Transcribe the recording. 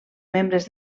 membres